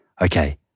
Okay